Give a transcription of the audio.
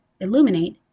illuminate